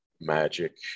magic